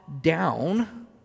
down